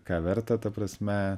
ką verta ta prasme